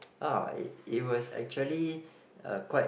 ah it it was actually a quite